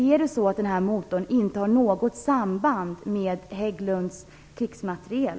Är det så att motorn inte har något samband med Hägglunds krigsmateriel?